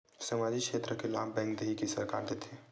सामाजिक क्षेत्र के लाभ बैंक देही कि सरकार देथे?